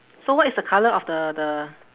so what is the colour of the the